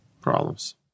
problems